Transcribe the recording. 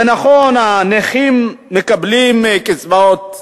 זה נכון, הנכים מקבלים קצבאות כלליות,